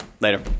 Later